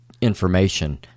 information